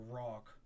rock